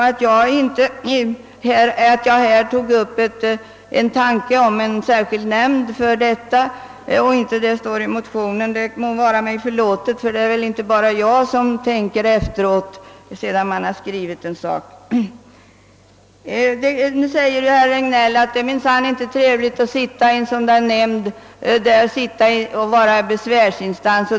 Att jag här förde fram en tanke på en särskild nämnd för detta ändamål, något som inte fanns med i motionen, må vara mig förlåtet; det är väl inte bara jag som tänker efteråt när en sak redan är skriven. Herr Regnéll påpekar nu att det minsann inte är trevligt att sitta i en nämnd och vara besvärsinstans.